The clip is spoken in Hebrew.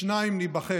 בשניים ניבחן,